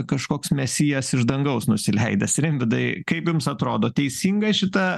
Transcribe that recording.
kažkoks mesijas iš dangaus nusileidęs rimvydai kaip jums atrodo teisinga šita